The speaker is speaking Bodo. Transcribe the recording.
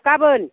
गाबोन